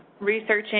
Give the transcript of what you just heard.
researching